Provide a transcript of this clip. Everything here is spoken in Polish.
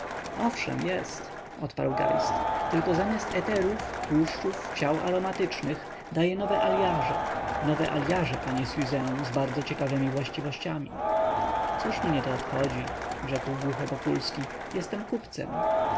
owszem jest odparł geist tylko zamiast eterów tłuszczów ciał aromatycznych daje nowe aliaże nowe aliaże panie siuzę z bardzo ciekawemi własnościami cóż mnie to obchodzi rzekł głucho wokulski jestem kupcem